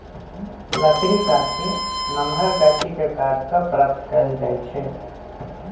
लकड़ी काठी नमहर गाछि के काट कऽ प्राप्त कएल जाइ छइ